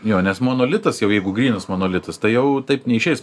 jo nes monolitas jau jeigu grynas monolitas tai jau taip neišeis